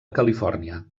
califòrnia